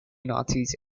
nazis